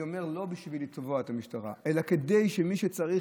ואני אומר: לא בשביל לתבוע את המשטרה אלא כדי שמי שצריך,